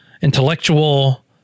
intellectual